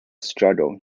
struggle